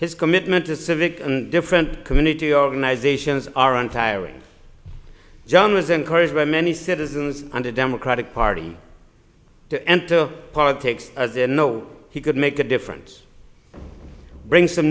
his commitment to civic and different community organizations are untiring john was encouraged by many citizens under democratic party to enter politics as their know he could make a difference bring some